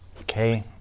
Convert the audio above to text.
Okay